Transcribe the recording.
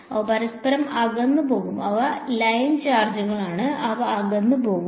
അവ പരസ്പരം അകന്നുപോകും അവ ലൈൻ ചാർജുകളാണ് അവർ അകന്നുപോകും